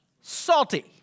salty